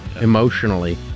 emotionally